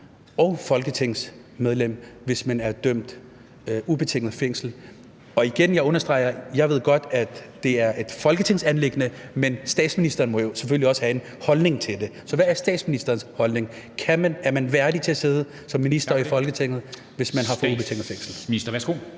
og folketingsmedlem, hvis man er idømt ubetinget fængsel? Og igen understreger jeg, at jeg godt ved, at det er et folketingsanliggende, men statsministeren må jo selvfølgelig også have en holdning til det. Så hvad er statsministerens holdning – er man værdig til at sidde som minister i Folketinget, hvis man er idømt ubetinget fængsel?